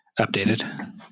updated